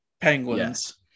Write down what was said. Penguins